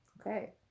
okay